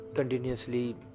Continuously